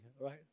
right